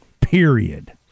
period